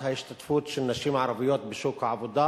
ההשתתפות של נשים ערביות בשוק העבודה